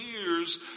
years